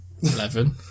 Eleven